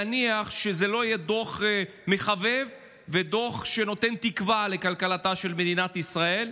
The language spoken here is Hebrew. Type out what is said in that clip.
להניח שזה לא יהיה דוח מחבב ודוח שנותן תקווה לכלכלתה של מדינת ישראל.